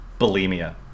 bulimia